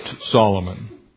Solomon